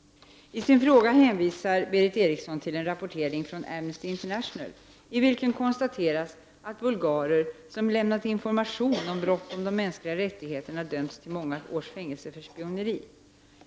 I sin fråga hänvisar Berith Eriksson till en rapportering från Amnesty International i vilken konstaterats att bulgarer, som lämnat information om brott mot de mänskliga rättigheterna, dömts till många års fängelse för spioneri.